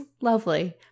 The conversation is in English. lovely